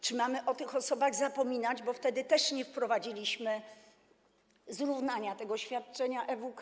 Czy mamy o tych osobach zapominać, bo wtedy też nie wprowadziliśmy zrównania tego świadczenia EWK?